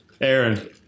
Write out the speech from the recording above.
Aaron